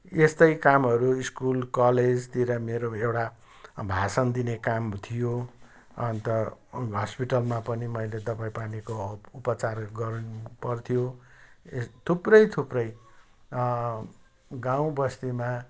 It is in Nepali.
यस्तै कामहरू स्कुल कलेजतिर मेरो एउटा भाषण दिने काम थियो अन्त हस्पिटलमा पनि मैले दवाई पानीको उपचार गर्नपर्थ्यो थुप्रै थुप्रै गाउँ बस्तीमा